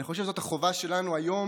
אני חושב שזאת החובה שלנו היום